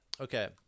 okay